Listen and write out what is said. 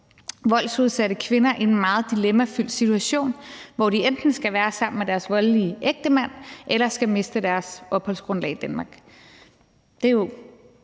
voldsudsatte kvinder i en meget dilemmafyldt situation, hvor de enten skal være sammen med deres voldelige ægtemand eller skal miste deres opholdsgrundlag i Danmark.